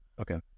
okay